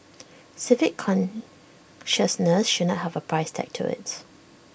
civic consciousness should not have A price tag to IT